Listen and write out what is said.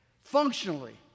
Functionally